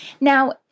Now